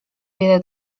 wiele